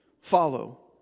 follow